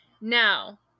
Now